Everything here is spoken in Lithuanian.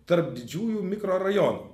tarp didžiųjų mikrorajonų